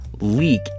leak